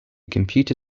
computer